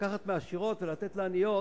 לקחת מהעשירות ולתת לעניות,